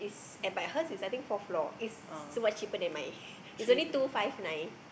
but hers is I think fourth floor it's so much cheaper than mine it's only two five nine